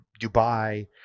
Dubai